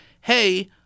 hey